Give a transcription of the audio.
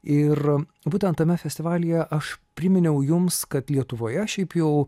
ir būtent tame festivalyje aš priminiau jums kad lietuvoje šiaip jau